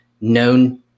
known